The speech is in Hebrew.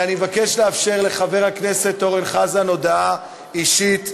אני מבקש לאפשר לחבר הכנסת אורן חזן הודעה אישית,